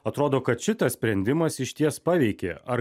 atrodo kad šitas sprendimas išties paveikė ar